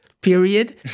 period